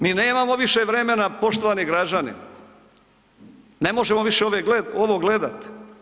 Mi nemamo više vremena poštovani građani, ne možemo više ove, ovo gledat.